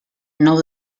nou